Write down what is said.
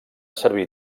servir